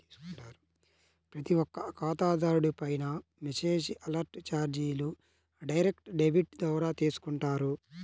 ప్రతి ఒక్క ఖాతాదారుడిపైనా మెసేజ్ అలర్ట్ చార్జీలు డైరెక్ట్ డెబిట్ ద్వారా తీసుకుంటారు